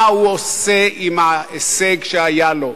מה הוא עושה עם ההישג שהיה לו?